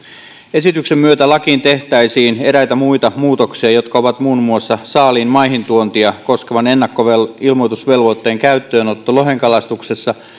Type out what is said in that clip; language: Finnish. esityksen myötä lakiin tehtäisiin eräitä muita muutoksia jotka ovat muun muassa saaliin maihin tuontia koskevan ennakkoilmoitusvelvoitteen käyttöönotto lohen kalastuksessa